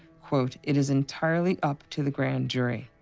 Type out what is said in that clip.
quote, it is entirely up to the grand jury